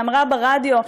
שאמרה ברדיו,